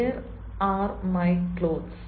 where are my clothes